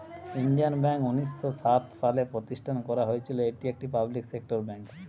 Indian bank উনিশ শ সাত সালে প্রতিষ্ঠান করা হয়েছিল, এটি একটি পাবলিক সেক্টর বেঙ্ক